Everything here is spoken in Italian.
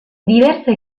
diverse